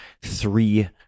three